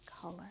color